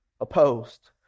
opposed